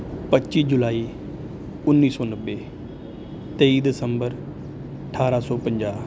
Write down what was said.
ਪੱਚੀ ਜੁਲਾਈ ਉੱਨੀ ਸੌ ਨੱਬੇ ਤੇਈ ਦਸੰਬਰ ਅਠਾਰ੍ਹਾਂ ਸੌ ਪੰਜਾਹ